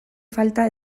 falta